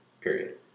period